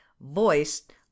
voiced